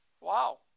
Wow